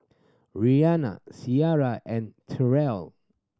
Rhianna Sariah and Tyrell